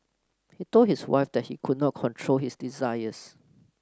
he told his wife that he could not control his desires